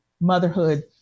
motherhood